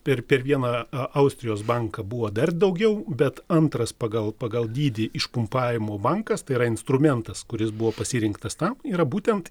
per per vieną austrijos banką buvo dar daugiau bet antras pagal pagal dydį išpumpavimo bankas tai yra instrumentas kuris buvo pasirinktas tam yra būtent